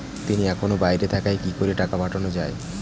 তিনি এখন বাইরে থাকায় কি করে টাকা পাঠানো য়ায়?